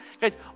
guys